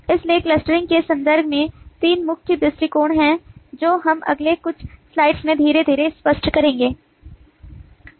इसलिए क्लस्टरिंग के संदर्भ में तीन मुख्य दृष्टिकोण हैं जो हम अगले कुछ स्लाइड्स में धीरे धीरे स्पष्ट करेंगे